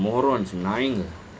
morons nine ah